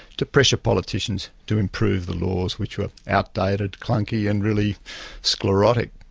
to pressure politicians to improve the laws, which were outdated, clunky, and really sclerotic.